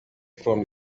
from